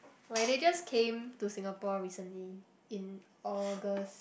like they just came to Singapore recently in August